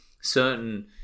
certain